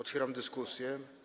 Otwieram dyskusję.